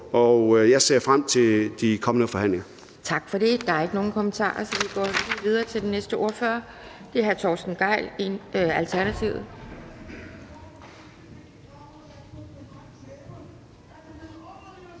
Anden næstformand (Pia Kjærsgaard): Tak for det. Der er ikke nogen kommentarer, så vi går videre til den næste ordfører. Det er hr. Torsten Gejl, Alternativet.